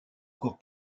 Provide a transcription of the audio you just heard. encore